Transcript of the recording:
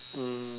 um